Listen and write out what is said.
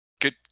good